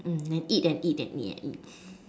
um and eat and eat and eat and eat